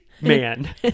man